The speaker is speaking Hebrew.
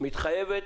מתחייבת